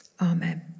Amen